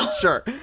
sure